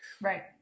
Right